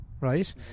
right